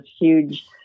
huge